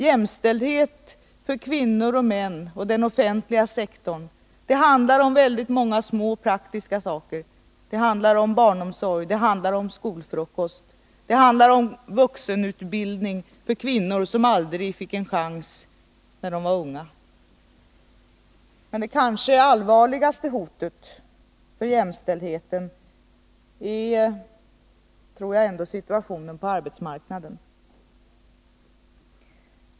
Jämställdhet mellan kvinnor och män och den offentliga sektorn handlar om många små och praktiska saker. Det handlar om barnomsorg, skolfrukost, vuxenutbildning för kvinnor som aldrig fick en chans när de var unga. Men det kanske allvarligaste hotet mot jämställdheten är, tror jag, ändå situationen på arbetsmarknaden.